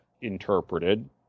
interpreted